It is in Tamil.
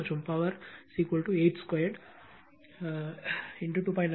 மற்றும் பவர் 82 இன் 2